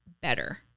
better